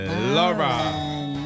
Laura